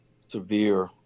severe